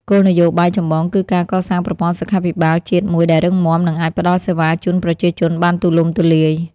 គោលនយោបាយចម្បងគឺការកសាងប្រព័ន្ធសុខាភិបាលជាតិមួយដែលរឹងមាំ និងអាចផ្ដល់សេវាជូនប្រជាជនបានទូលំទូលាយ។